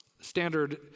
Standard